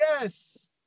Yes